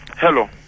Hello